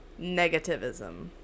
negativism